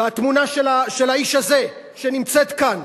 והתמונה של האיש הזה, שנמצאת כאן,